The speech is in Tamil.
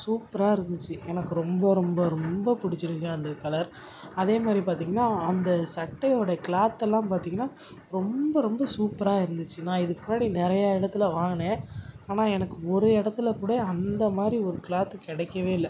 சூப்பராக இருந்துச்சு எனக்கு ரொம்ப ரொம்ப ரொம்ப பிடிச்சிருச்சி அந்த கலர் அதே மாதிரி பார்த்தீங்கன்னா அந்த சட்டையோடய க்ளாத்தெல்லாம் பார்த்தீங்கனா ரொம்ப ரொம்ப சூப்பராக இருந்துச்சு நான் இதுக்கு முன்னாடி நிறையா இடத்துல வாங்கினேன் ஆனால் எனக்கு ஒரு இடத்துல கூட அந்த மாதிரி ஒரு க்ளாத்து கிடைக்கவே இல்லை